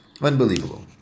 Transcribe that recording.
Unbelievable